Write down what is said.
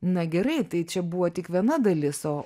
na gerai tai čia buvo tik viena dalis o